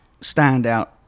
standout